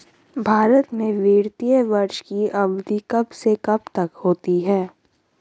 भारत में वित्तीय वर्ष की अवधि कब से कब तक होती है?